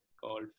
called